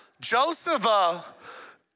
Joseph